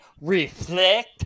reflect